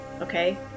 okay